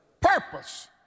purpose